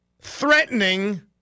threatening